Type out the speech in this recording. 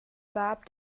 bab